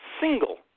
single